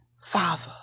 Father